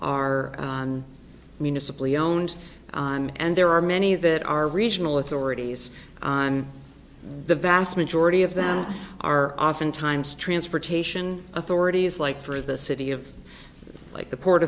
are municipal yawned and there are many that are regional authorities the vast majority of them are oftentimes transportation authorities like for the city of like the port